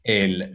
el